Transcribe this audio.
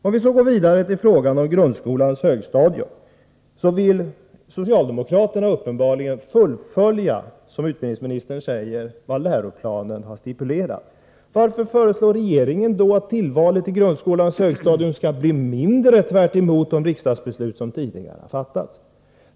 Om vi så går vidare till frågan om grundskolans högstadium: Socialdemokraterna vill uppenbarligen fullfölja, som utbildningsministern säger, vad läroplanen har stipulerat. Varför föreslår regeringen då att tillvalet i grundskolans högstadium skall bli mindre — tvärtemot de riksdagsbeslut som tidigare har fattats?